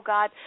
God